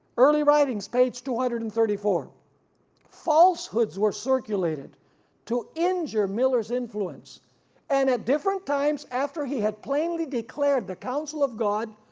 early writings page two hundred and thirty four falsehoods were circulated to injure miller's influence and at different times after he had plainly declared the council of god,